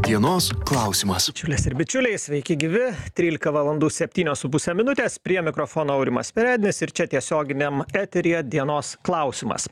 dienos klausimas bičiulės ir bičiuliai sveiki gyvi trylika valandų septynios su puse minutės prie mikrofono aurimas perednis ir čia tiesioginiam eteryje dienos klausimas